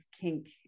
kink